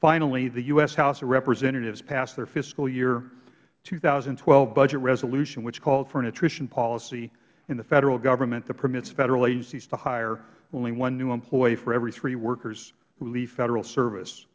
finally the u s house of representatives passed their fiscal year two thousand and twelve budget resolution which called for an attrition policy in the federal government that permits federal agencies to hire only one new employee for every three workers who leave federal service